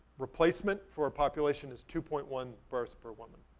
replacement for a population is two point one births per woman.